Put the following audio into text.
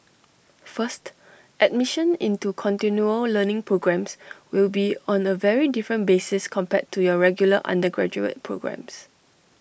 first admission into continual learning programmes will be on A very different basis compared to your regular undergraduate programmes